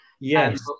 Yes